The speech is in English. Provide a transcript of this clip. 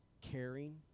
caring